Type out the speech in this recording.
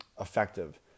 effective